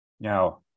Now